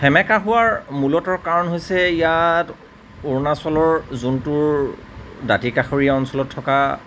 সেমেকা হোৱাৰ মূলত কাৰণ হৈছে ইয়াত অৰুণাচলৰ জোনটোৰ দাঁতিকাষৰীয়া অঞ্চলত থকা